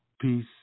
peace